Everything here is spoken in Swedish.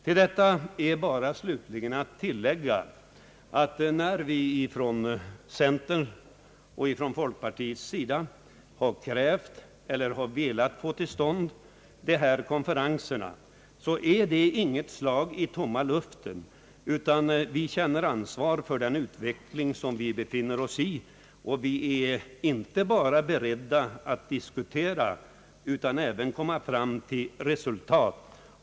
I detta sammanhang vill jag bara tilllägga, att när centerpartiet och folkpartiet har önskat få till stånd rundabordskonferenser är det inget slag i tomma luften — vi känner ansvar för utvecklingen och är inte bara beredda att diskutera utan vill också nå fram till resultat.